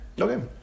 okay